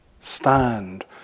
stand